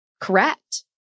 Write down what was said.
correct